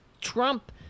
Trump